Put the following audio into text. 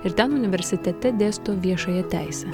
ir ten universitete dėsto viešąją teisę